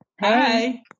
hi